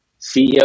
CEO